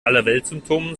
allerweltssymptomen